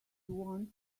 wanted